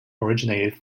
originated